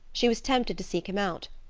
she was tempted to seek him out.